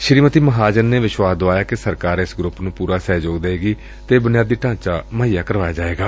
ਸ੍ਰੀਮਤੀ ਮਹਾਜਨ ਨੇ ਵਿਸ਼ਵਾਸ ਦੁਆਇਆ ਕਿ ਸਰਕਾਰ ਇਸ ਗਰੁੱਪ ਨੂੰ ਪੂਰਾ ਸਹਿਯੋਗ ਦਏਗੀ ਅਤੇ ਬੁਨਿਆਦੀ ਢਾਂਚਾ ਮੁਹੱਈਆ ਕਰਵਾਇਆ ਜਾਏਗਾ